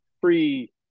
free